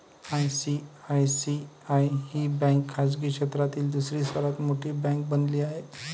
ICICI ही bank खाजगी क्षेत्रातील दुसरी सर्वात मोठी बँक बनली आहे